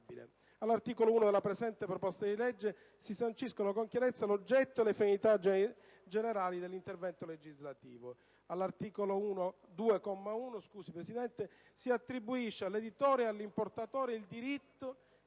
All'articolo 1 della presente proposta di legge si sanciscono con chiarezza l'oggetto e le finalità generali dell'intervento legislativo. All'articolo 2, comma 1, si attribuisce all'editore o all'importatore il diritto